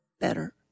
better